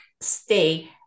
stay